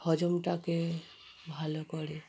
হজমটাকে ভালো করে